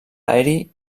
aeri